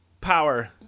Power